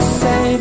say